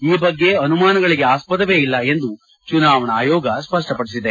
ಈ ಬಗ್ಗೆ ಅನುಮಾನಗಳಿಗೆ ಆಸ್ಪದವೇ ಇಲ್ಲ ಎಂದು ಚುನಾವಣಾ ಆಯೋಗ ಸ್ಪಡ್ವಪಡಿಸಿದೆ